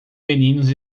meninos